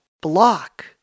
block